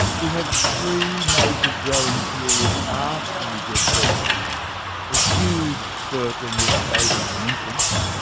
we have three major growing periods after you get born a huge spurt when we are babies and infants,